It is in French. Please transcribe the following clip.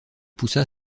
poussa